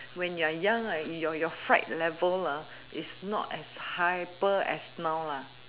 when you're young like your your fright level is not as hyper as now